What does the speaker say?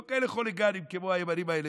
לא כאלה חוליגנים כמו הימנים האלה,